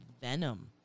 venom